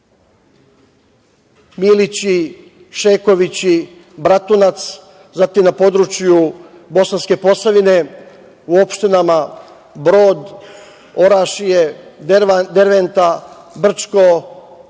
Milići, Šekovići, Bratunac, zatim na području Bosanske posavine, u opštinama Brod, Orašje, Derventa, Brčko i